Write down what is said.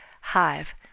hive